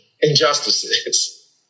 injustices